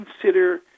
consider